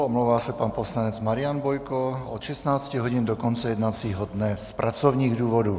Omlouvá se pan poslanec Marian Bojko od 16 hodin do konce jednacího dne z pracovních důvodů.